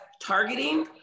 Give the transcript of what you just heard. targeting